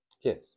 yes